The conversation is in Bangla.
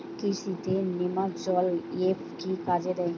কৃষি তে নেমাজল এফ কি কাজে দেয়?